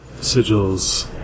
sigils